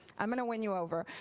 i'm going to win you over.